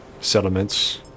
settlements